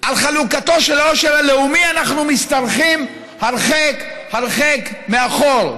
על חלוקתו של העושר הלאומי אנחנו משתרכים הרחק הרחק מאחור.